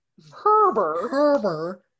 Herber